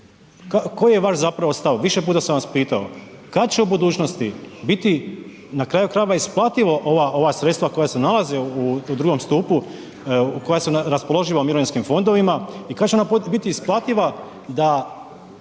koji je zapravo vaš stav, više puta sam vas pitao, kad će u budućnosti biti na kraju krajeva isplativa ova sredstva koja se nalaze u II. stupu, koja su raspoloživa u mirovinskim fondovima i kad će ona biti isplativa da